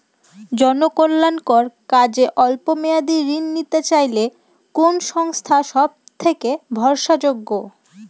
জনকল্যাণকর কাজে অল্প মেয়াদী ঋণ নিতে চাইলে কোন সংস্থা সবথেকে ভরসাযোগ্য?